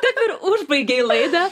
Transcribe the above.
taip ir užbaigei laidą